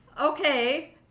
okay